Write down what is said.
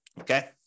okay